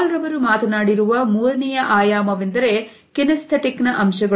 ಹಾಲ್ ರವರು ಮಾತನಾಡಿರುವ ಮೂರನೆಯ ಆಯಾಮವೆಂದರೆ kinesthetic ನ ಅಂಶಗಳು